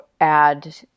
add